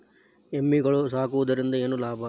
ಎಮ್ಮಿಗಳು ಸಾಕುವುದರಿಂದ ಏನು ಲಾಭ?